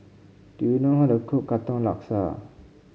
do you know how to cook Katong Laksa